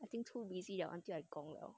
I think so busy until I gong liao